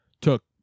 took